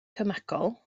cemegol